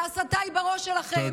ההסתה היא בראש שלכם.